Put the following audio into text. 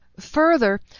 Further